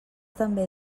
també